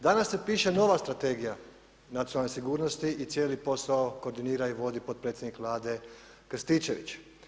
Danas se piše nova Strategija nacionalne sigurnosti i cijeli posao koordinira i vodi potpredsjednik Vlade Krstičević.